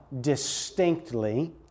distinctly